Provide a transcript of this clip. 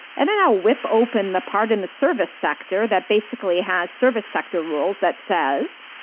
and then i'll whip open the part in the service sector that basically has service sector rules that says,